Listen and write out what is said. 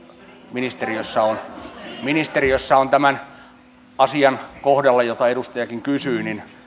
ministeriössä on ministeriössä on tämän asian kohdalla josta edustajakin kysyi